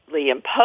Imposed